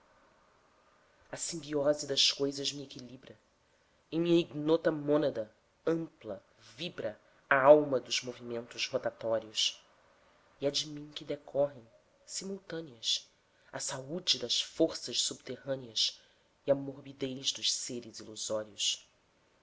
a simbiose das coisas me equilibra em minha ignota mônada ampla vibra a alma dos movimentos rotatórios e é de mim que decorrem simultâneas a saúde das forças subterrâneas e a morbidez dos seres ilusórios